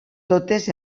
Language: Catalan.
totes